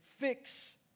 fix